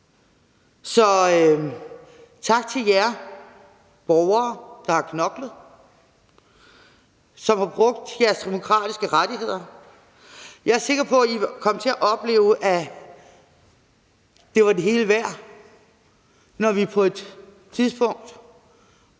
Så tak til jer borgere, der har knoklet, som har brugt jeres demokratiske rettigheder. Jeg er sikker på, at I vil komme til at opleve, at det var det hele værd, når vi på et tidspunkt